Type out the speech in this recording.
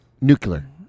Nuclear